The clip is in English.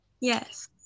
Yes